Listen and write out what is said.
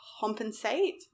compensate